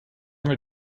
mais